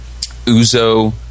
Uzo